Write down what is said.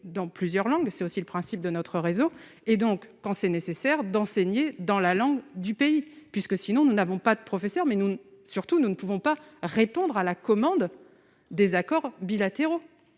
dans plusieurs langues, mais c'est aussi le principe de notre réseau et donc quand c'est nécessaire dans. Dans la langue du pays puisque, sinon, nous n'avons pas de professeur, mais nous ne, surtout, nous ne pouvons pas répondre à la commande des accords bilatéraux